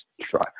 try